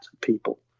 people